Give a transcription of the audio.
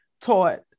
taught